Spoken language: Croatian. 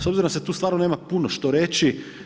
S obzirom da se tu stvarno nema puno što reći.